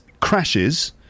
crashes